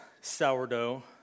sourdough